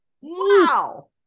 wow